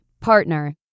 partner